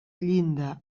llinda